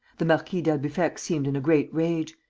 the marquis d'albufex seemed in a great rage.